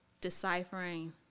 deciphering